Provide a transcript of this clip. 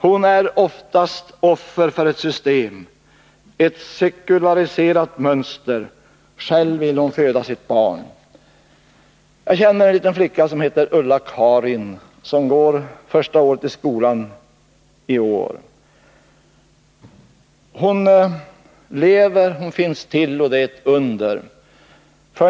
Hon är oftast offer för ett system, ett sekulariserat mönster. Själv vill hon föda sitt barn. Jag känner en liten flicka som heter Ulla-Karin och som går första året i skolani år. Hon lever, hon finns till och det är ett under.